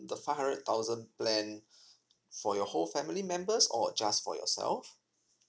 the five hundred thousand plan for your whole family members or just for yourself